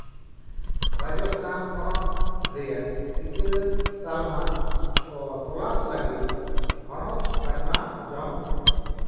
ᱨᱟᱡᱚᱥᱛᱷᱟᱱ ᱯᱚᱱᱚᱛ ᱨᱮᱭᱟᱜ ᱴᱤᱠᱟᱹ ᱛᱟᱞᱢᱟ ᱠᱚ ᱛᱚᱞᱟᱥ ᱞᱟᱹᱜᱤᱫ ᱦᱚᱱᱚᱛ ᱵᱟᱪᱷᱱᱟᱣ ᱡᱚᱝ ᱢᱮ